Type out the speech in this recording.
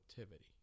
activity